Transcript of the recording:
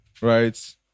right